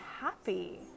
happy